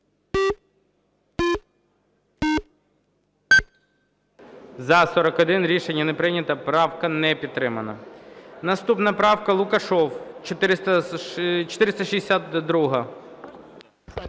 За-41 Рішення не прийнято. Правка не підтримана. Наступна правка, Лукашев, 462-а.